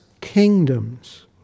kingdoms